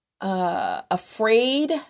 Afraid